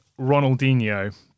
Ronaldinho